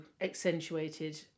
accentuated